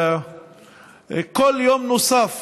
כל יום נוסף